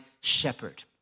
shepherd